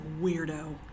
weirdo